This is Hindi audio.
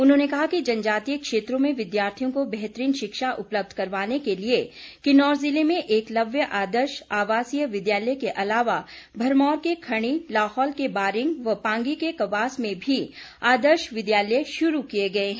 उन्होंने कहा कि जनजातीय क्षेत्रों में विद्यार्थियों को बेहतरीन शिक्षा उपलब्ध करवाने के लिए किन्नौर जिले में एकलव्य आदर्श आवासीय विद्यालय के अलावा भरमौर के खणी लाहौल के बारिंग व पांगी के कवास में भी आदर्श विद्यालय शुरू किए गए हैं